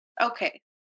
okay